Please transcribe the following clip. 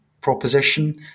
proposition